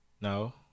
No